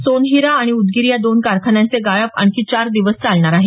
सोनहिरा आणि उदगिरी या दोन कारखान्यांचे गाळप आणखी चार दिवस चालणार आहे